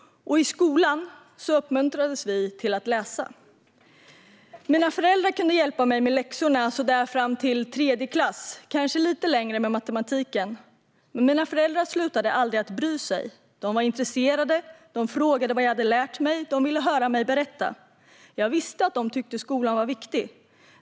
I skolan uppmuntrades vi att läsa. Mina föräldrar kunde hjälpa mig med läxorna så där fram till tredje klass, kanske lite längre med matematiken, men mina föräldrar slutade aldrig att bry sig. De var intresserade, de frågade vad jag hade lärt mig och de ville höra mig berätta. Jag visste att de tyckte skolan var viktig.